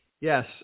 yes